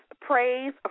praise